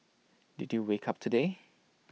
did you wake up today